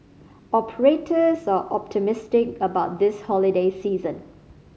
operators are optimistic about this holiday season